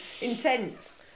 intense